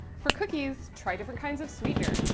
for cookies try different kinds of sweeteners,